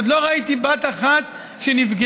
עוד לא ראיתי בת אחת שנפגעה,